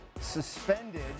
suspended